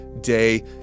day